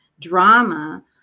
drama